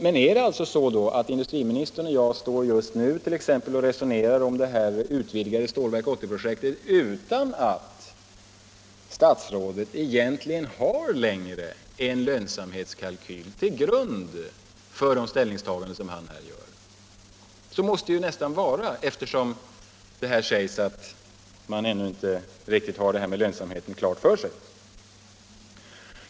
Men är det så att industriministern och jag just nu resonerar om det utvidgade Stålverk 80-projektet utan att statsrådet längre har en lönsamhetskalkyl till grund för de ställningstaganden som han här gör? Så måste det nästan vara, eftersom det sägs att lönsamhetsfrågorna ännu inte är riktigt klara.